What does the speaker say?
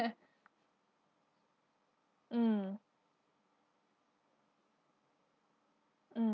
mm mm